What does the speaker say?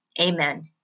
Amen